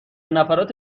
نفرات